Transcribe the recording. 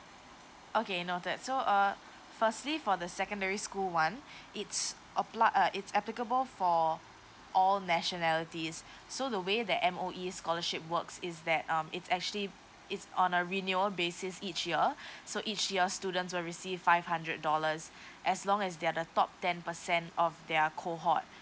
okay noted so uh firstly for the secondary school one it's apply uh it's applicable for all nationalities so the way that M_O_E scholarship works is that um it's actually it's on a renewal basis each year so each year students will receive five hundred dollars as long as they are the top ten percent of their cohort